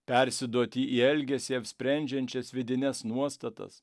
persiduoti į elgesį apsprendžiančias vidines nuostatas